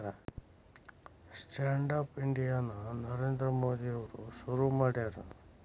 stand up India ನ ನರೇಂದ್ರ ಮೋದಿ ಅವ್ರು ಶುರು ಮಾಡ್ಯಾರ